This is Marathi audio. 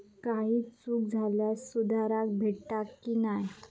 काही चूक झाल्यास सुधारक भेटता की नाय?